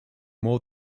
more